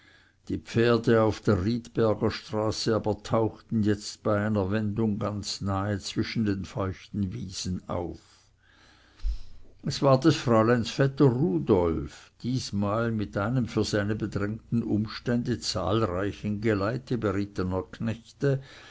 die pferde auf der riedbergerstraße aber tauchten jetzt bei einer wendung ganz nahe zwischen den feuchten wiesen auf es war des fräuleins vetter rudolf diesmal mit einem für seine bedrängten umstände zahlreichen geleite berittener knechte